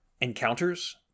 encounters